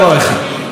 בעצמכם.